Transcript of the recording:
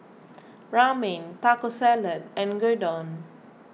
Ramen Taco Salad and Gyudon